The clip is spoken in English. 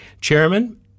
Chairman